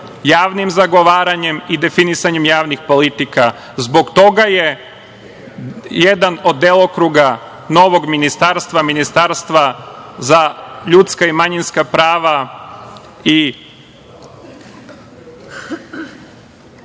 javnim zagovaranjem i definisanjem javnih politika. Zbog toga je jedan od delokruga novog ministarstva, ministarstva za ljudska i manjinska prava i